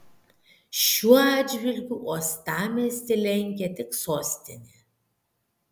šiuo atžvilgiu uostamiestį lenkia tik sostinė